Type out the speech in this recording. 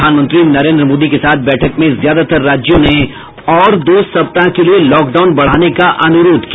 प्रधानमंत्री नरेन्द्र मोदी के साथ बैठक में ज्यादातर राज्यों ने और दो सप्ताह के लिए लॉकडाउन बढ़ाने का अनुरोध किया